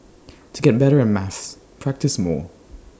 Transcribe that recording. to get better at maths practise more